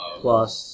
plus